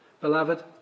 Beloved